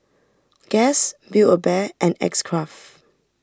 Guess Build A Bear and X Craft